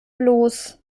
bloß